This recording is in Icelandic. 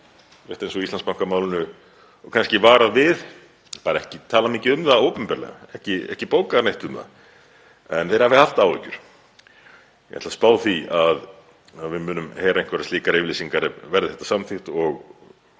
rétt eins og Íslandsbankamálinu, og kannski varað við en bara ekki talað mikið um það opinberlega, ekki bókað neitt um það, en þeir hafi haft áhyggjur. Ég ætla að spá því að við munum heyra einhverjar slíkar yfirlýsingar verði þetta samþykkt og